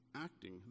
acting